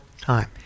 time